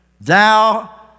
Thou